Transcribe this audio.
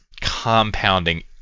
compounding